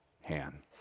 hand